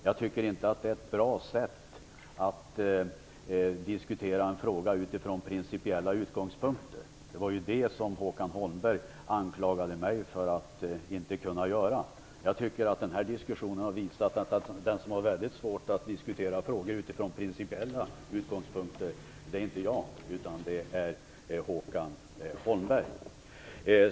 Jag tycker inte att det är ett bra sätt att diskutera en fråga på utifrån principiella utgångspunkter. Det var ju det Håkan Holmberg anklagade mig för att inte kunna göra. Jag tycker att denna diskussion har visat att den som har väldigt svårt att diskutera frågor utifrån principiella utgångspunkter inte är jag utan Håkan Holmberg.